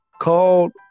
called